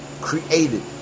Created